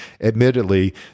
admittedly